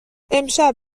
امشب